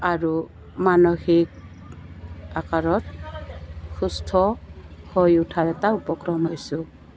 আৰু মানসিক আকাৰত সুস্থ হৈ উঠাৰ এটা উপক্ৰম হৈছোঁ